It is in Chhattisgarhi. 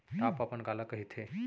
टॉप अपन काला कहिथे?